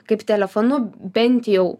kaip telefonu bent jau